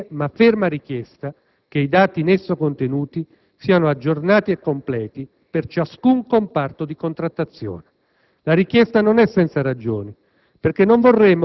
con la cortese, ma ferma richiesta che i dati in esso contenuti siano aggiornati e completi per ciascun comparto di contrattazione. La richiesta non è senza ragioni,